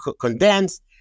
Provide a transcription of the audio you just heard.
condensed